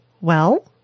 Well